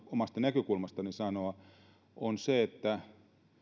omasta näkökulmastani sanoa on se että